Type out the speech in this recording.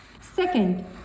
Second